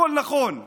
הכול נכון,